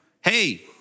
hey